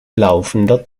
laufender